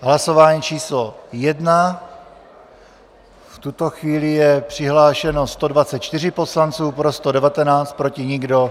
Hlasování číslo 1, v tuto chvíli je přihlášeno 124 poslanců, pro 119, proti nikdo.